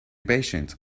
patient